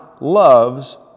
loves